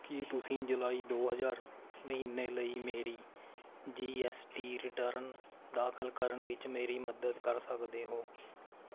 ਕੀ ਤੁਸੀਂ ਜੁਲਾਈ ਦੋ ਹਜ਼ਾਰ ਮਹੀਨੇ ਲਈ ਮੇਰੀ ਜੀ ਐੱਸ ਟੀ ਰਿਟਰਨ ਦਾਖਲ ਕਰਨ ਵਿੱਚ ਮੇਰੀ ਮਦਦ ਕਰ ਸਕਦੇ ਹੋ